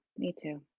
me too.